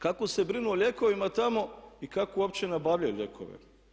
Kako se brinu o lijekovima tamo i kako uopće nabavljaju lijekove?